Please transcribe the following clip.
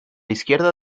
izquierda